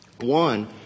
One